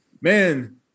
man